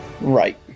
right